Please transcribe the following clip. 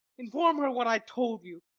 inform her what i told you.